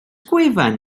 gwefan